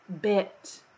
bit